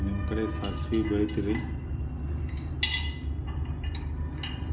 ನಿಮ್ಮ ಕಡೆ ಸಾಸ್ವಿ ಬೆಳಿತಿರೆನ್ರಿ?